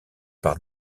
par